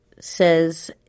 says